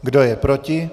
Kdo je proti?